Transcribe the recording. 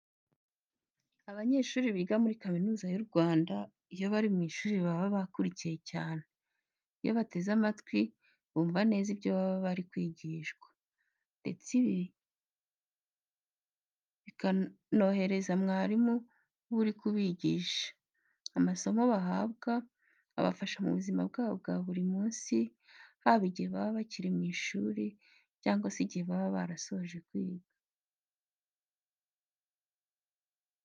Abanyeshuri biga muri Kaminuza y'u Rwanda iyo bari mu ishuri baba bakurikiye cyane. Iyo bateze amatwi, bumva neza ibyo baba bari kwigishwa ndetse ibi bikanorohereza umwarimu uba uri kubigisha. Amasomo bahabwa abafasha mu buzima bwabo bwa buri munsi haba igihe baba bakiri mu ishuri cyangwa se igihe baba barasoje kwiga.